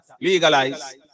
Legalize